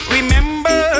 Remember